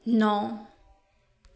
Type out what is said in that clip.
ਨੌ